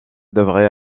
devrais